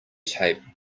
tape